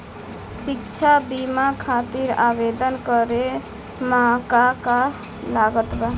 शिक्षा बीमा खातिर आवेदन करे म का का लागत बा?